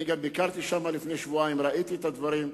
גם ביקרתי שם לפני שבועיים וראיתי את הדברים,